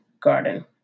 garden